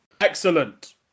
Excellent